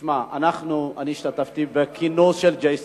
תשמע, אני השתתפתי בכינוס של J Street.